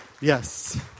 Yes